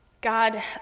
God